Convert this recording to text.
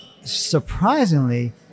surprisingly